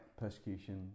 persecution